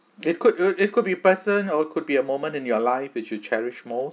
it could uh it could be person or could be a moment in your life that you cherish most